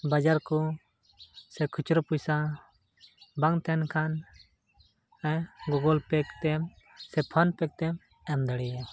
ᱵᱟᱡᱟᱨ ᱠᱚ ᱥᱮ ᱠᱷᱩᱪᱨᱟᱹ ᱯᱚᱭᱥᱟ ᱵᱟᱝ ᱛᱟᱦᱮᱱ ᱠᱷᱟᱱ ᱜᱩᱜᱚᱞ ᱯᱮ ᱠᱟᱛᱮᱢ ᱥᱮ ᱯᱷᱳᱱᱯᱮ ᱠᱟᱛᱮᱢ ᱮᱢ ᱫᱟᱲᱮᱭᱟᱜᱼᱟ